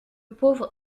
pauvre